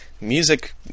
Music